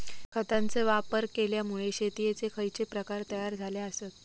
खतांचे वापर केल्यामुळे शेतीयेचे खैचे प्रकार तयार झाले आसत?